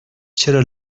چرا